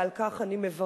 ועל כך אני מברכת.